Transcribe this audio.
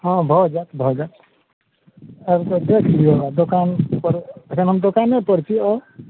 हँ भऽ जाएत भऽ जाएत आबि कऽ देखि लियौ आ दोकान पर एखनि हम दोकाने पर छी आउ